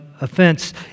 offense